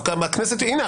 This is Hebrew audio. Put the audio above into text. הנה,